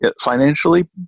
financially